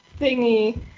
thingy